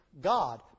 God